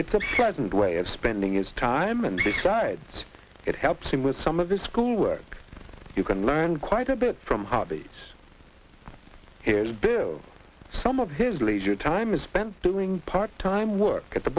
present way of spending is time and besides it helps him with some of his schoolwork you can learn quite a bit from hobbies is build some of his leisure time is spent doing part time work at the